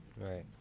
Right